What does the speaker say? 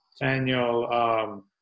Daniel